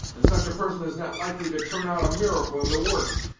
and such a person is not likely to turn out a miracle in the worst.